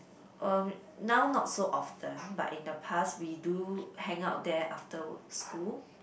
um now not so often but in the past we do hang out there after school